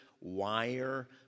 wire